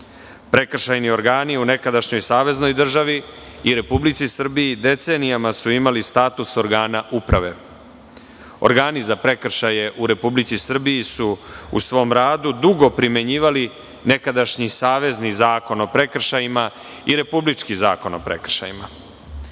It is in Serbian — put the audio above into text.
učiniocima. Prekršajni organi u nekadašnjoj saveznoj državi i RS decenijama su imali status organa uprave. Organi za prekršaje u RS su u svom radu dugo primenjivali nekadašnji Savezni zakon o prekršajima i Republički zakon o prekršajima.